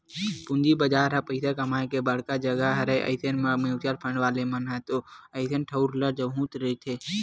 पूंजी बजार ह पइसा कमाए के बड़का जघा हरय अइसन म म्युचुअल फंड वाले मन ह तो अइसन ठउर ल जोहते रहिथे